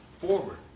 forward